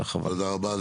תודה רבה.